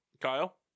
Kyle